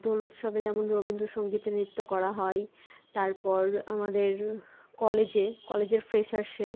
দোল উৎসবে যেমন রবীন্দ্র সঙ্গীতে নৃত্য করা হয় তারপর আমাদের কলেজে কলেজের ফ্রেশার্সে